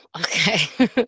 Okay